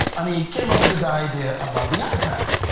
and he came up with this idea about the ipad.